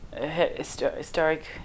historic